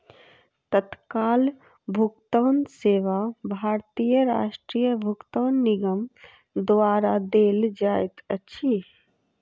तत्काल भुगतान सेवा भारतीय राष्ट्रीय भुगतान निगम द्वारा देल जाइत अछि